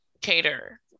cater